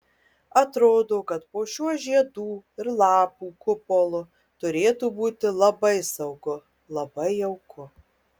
atrodo kad po šiuo žiedų ir lapų kupolu turėtų būti labai saugu labai jauku